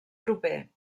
proper